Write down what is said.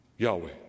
Yahweh